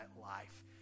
life